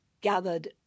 gathered